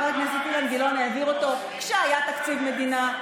חבר הכנסת אילן גילאון העביר אותו כשהיה תקציב מדינה,